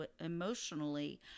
emotionally